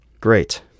Great